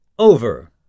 Over